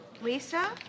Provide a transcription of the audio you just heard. Lisa